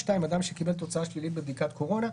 אדם שקיבל תוצאה שלילית בבדיקת קורונה,